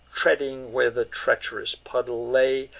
treading where the treach'rous puddle lay,